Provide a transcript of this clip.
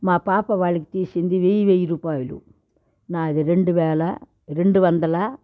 మా పాప వాళ్ళకి తీసింది వెయ్యి వెయ్యి రూపాయలు నాది రెండువేల రెండువందల